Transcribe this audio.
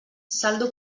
saldo